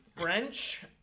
french